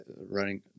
running